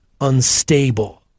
unstable